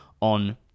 on